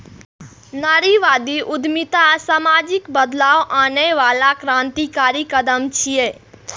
नारीवादी उद्यमिता सामाजिक बदलाव आनै बला क्रांतिकारी कदम छियै